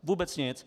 Vůbec nic.